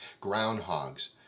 groundhogs